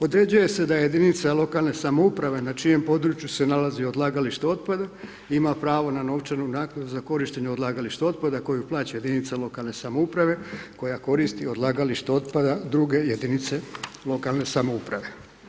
Određuje se da je jedinica lokalne samouprave na čijem području se nalazi odlagalište otpada ima pravo na novčanu naknadu za korištenje odlagališta otpada koju plaća jedinica lokalne samouprave koja koristi odlagalište otpada druge jedinice lokalne samouprave.